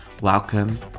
Welcome